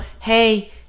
hey